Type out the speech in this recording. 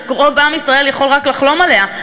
שרוב עם ישראל יכול רק לחלום עליה.